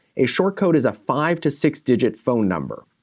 a short code is a five to six-digit phone number.